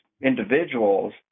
individuals